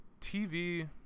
TV